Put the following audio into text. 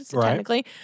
technically